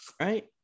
right